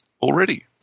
already